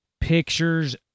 pictures